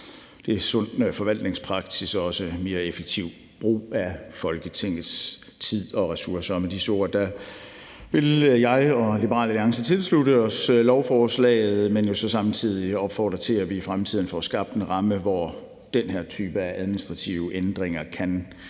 er sund forvaltningspraksis og også mere effektiv brug af Folketingets tid og ressourcer. Med disse ord vil jeg og Liberal Alliance tilslutte os lovforslaget, men jo så samtidig opfordre til, at vi i fremtiden får skabt en ramme, hvor den her type af administrative ændringer kan